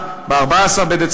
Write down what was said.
באותו יום,